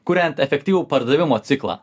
kuriant efektyvų pardavimo ciklą